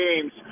games